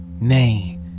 Nay